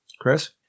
Chris